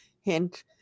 Hint